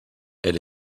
elle